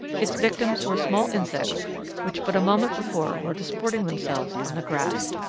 its victims were small insects which but a moment before were disporting themselves on the grass.